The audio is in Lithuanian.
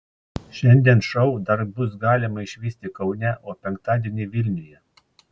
šiandien šou dar bus galima išvysti kaune o penktadienį vilniuje